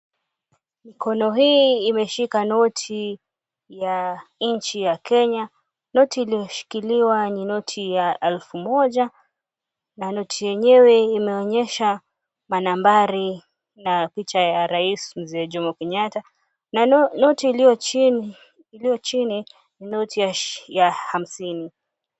Mikono hii imeshika noti ya inchi ya kenya, noti iliyoshikiliwa ni noti ya elfu moja na noti yenyewe imeonyesha manambari na picha ya rais Mzee Jomo Kenyatta. Noti iliyochini ni noti ya hamsini.